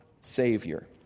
Savior